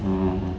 um